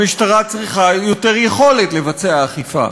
המשטרה צריכה יותר יכולת לבצע אכיפה.